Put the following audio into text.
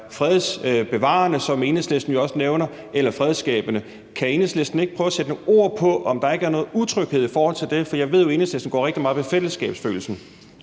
fredsskabende, som Enhedslisten også nævner? Kan Enhedslisten ikke prøve at sætte nogle ord på, om der ikke er noget utryghed i forhold til det? For jeg ved jo, at Enhedslisten går rigtig meget op i fællesskabsfølelsen.